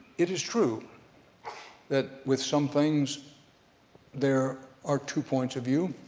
it is true that with some things there are two points of view,